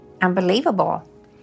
unbelievable